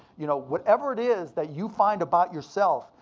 you know whatever it is that you find about yourself,